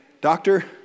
doctor